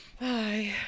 Bye